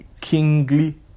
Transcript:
kingly